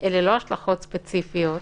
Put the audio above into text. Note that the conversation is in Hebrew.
אלה לא השלכות ספציפיות.